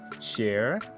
share